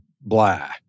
blah